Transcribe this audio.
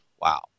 Wow